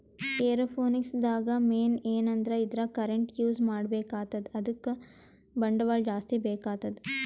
aeroponics ದಾಗ್ main ಏನಂದ್ರ ಇದ್ರಾಗ್ ಕರೆಂಟ್ ಯೂಸ್ ಮಾಡ್ಬೇಕ್ ಆತದ್ ಅದಕ್ಕ್ ಬಂಡವಾಳ್ ಜಾಸ್ತಿ ಬೇಕಾತದ್